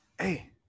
hey